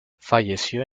falleció